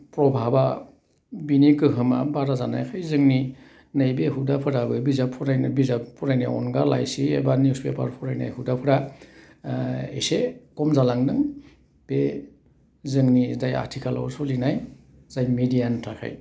प्रभाबा बेनि गोहोमा बारा जानायखाय जोंनि नैबे हुदाफोराबो बिजाब फरायनो बिजाब फरायनाय अनगा लाइसि एबा निउस पेपार फरायनाय हुदाफ्रा एसे खम जालांदों बे जोंनि दाय आथिखालाव सलिनाय जाय मेडियानि थाखाय